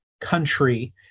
country